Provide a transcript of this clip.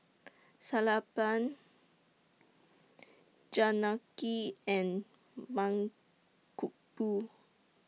Sellapan Janaki and Mankombu